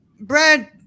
Brad